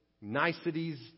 niceties